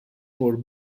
for